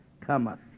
cometh